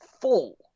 full